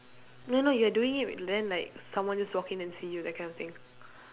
no no you are doing it with then like someone just walk in and see you that kind of thing